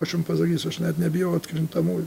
aš jum pasakysiu aš net nebijau atkrintamųjų